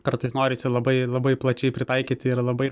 kartais norisi labai labai plačiai pritaikyti ir labai